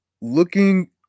looking